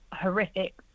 horrific